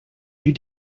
you